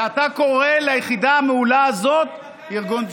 ואתה קורא ליחידה המעולה הזאת "ארגון פשיעה".